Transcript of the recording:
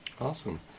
Awesome